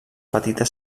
petita